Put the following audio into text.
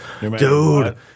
Dude